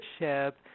leadership